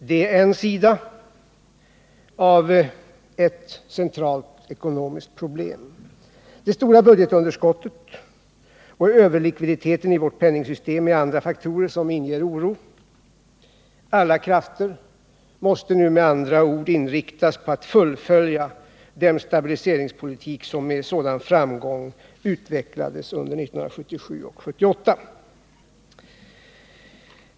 Det är en sida av ett centralt ekonomiskt problem. Det stora budgetunderskottet och överlikviditeten i vårt penningsystem är andra faktorer som inger oro. Alla krafter måste med andra ord nu inriktas på att fullfölja den stabiliseringspolitik som med sådan framgång utvecklades under 1977 och 1978.